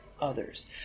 others